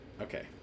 Okay